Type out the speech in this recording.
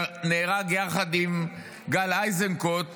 שנהרג יחד עם גל איזנקוט בעזה,